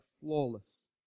flawless